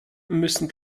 müssen